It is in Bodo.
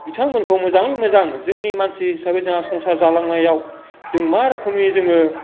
बिथांमोनखौ मोजाङै मोजां जोंनि मानसि हिसाबै जोंहा संसार जालांनायाव जों मा रोखोमनि जोङो